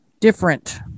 different